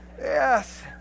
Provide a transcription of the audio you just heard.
Yes